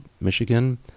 Michigan